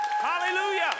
Hallelujah